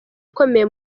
akomeye